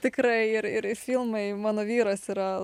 tikrai ir ir ir filmai mano vyras yra